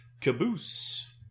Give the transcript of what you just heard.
Caboose